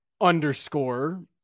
underscore